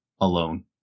alone